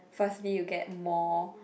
firstly you get more